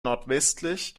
nordwestlich